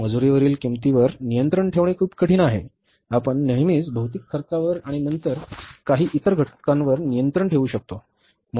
मजुरीवरील किंमतीवर नियंत्रण ठेवणे खूप कठीण आहे आपण नेहमीच भौतिक खर्चावर आणि नंतर काही इतर घटकांवर नियंत्रण ठेवू शकता